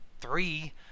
three